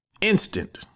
instant